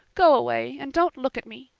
go away and don't look at me.